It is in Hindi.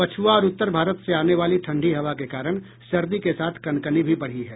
पछ्आ और उत्तर भारत से आने वाली ठंडी हवा के कारण सर्दी के साथ कनकनी भी बढ़ी है